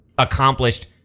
Accomplished